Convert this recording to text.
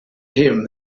him